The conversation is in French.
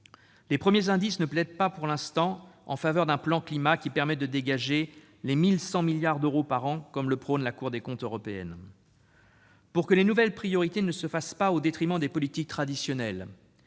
Les premiers indices ne plaident pas, pour l'instant, en faveur d'un plan Climat qui permette de dégager 1 100 milliards d'euros par an, comme le prône la Cour des comptes européenne. Pour que les nouvelles priorités ne se fassent pas au détriment des politiques traditionnelles,